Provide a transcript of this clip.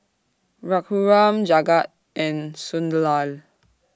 Raghuram Jagat and Sunderlal